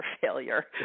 failure